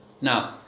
Now